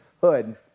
hood